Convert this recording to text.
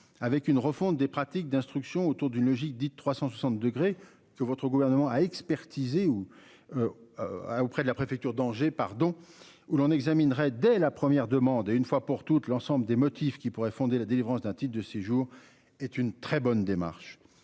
avec une refonte des pratiques d'instruction autour d'une logique dite 360 degrés que votre gouvernement a expertisée ou. Auprès de la préfecture danger pardon où l'on examinerait dès la première demande et une fois pour toutes l'ensemble des motifs qui pourrait fonder la délivrance d'un titre de séjour est une très bonne démarche.